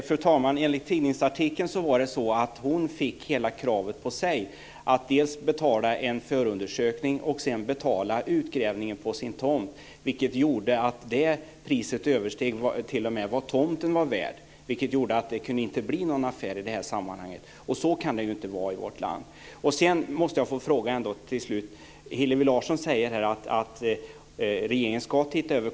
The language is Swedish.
Fru talman! Enligt tidningsartikeln fick hon hela kravet på sig att dels betala en förundersökning, dels betala utgrävningen på tomten. Det priset översteg vad tomten var värd, vilket gjorde att det inte kunde bli någon affär. Så kan det inte vara i vårt land. Hillevi Larsson säger att regeringen ska se över frågan.